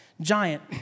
giant